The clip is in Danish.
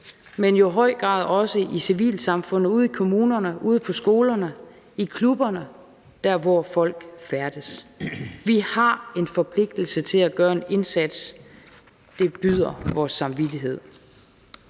men jo i høj grad også i civilsamfundet, ude i kommunerne, ude på skolerne, i klubberne – der, hvor folk færdes. Vi har en forpligtelse til at gøre en indsats. Det byder vores samvittighed